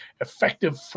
effective